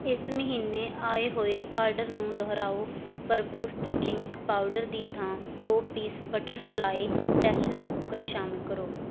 ਇਸ ਮਹੀਨੇ ਆਏ ਹੋਏ ਆਰਡਰ ਨੂੰ ਦੁਹਰਾਓ ਪਰ ਬੂਸਟ ਡਰਿੰਕ ਪਾਊਡਰ ਦੀ ਥਾਂ ਦੋ ਪੀਸ ਬਟਰਫਲਾਈ ਪ੍ਰੈਸ਼ਰ ਕੂਕਰ ਸ਼ਾਮਲ ਕਰੋ